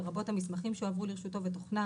לרבות המסמכים שהועברו לרשותו ותוכנם,